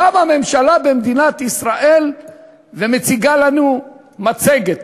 קמה ממשלה במדינת ישראל ומציגה לנו מצגת